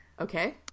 Okay